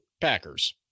Packers